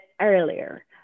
earlier